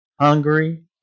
Hungary